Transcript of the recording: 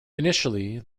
initially